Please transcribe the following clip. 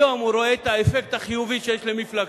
היום הוא רואה את האפקט החיובי שיש למפלגתו.